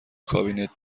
کابینت